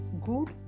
good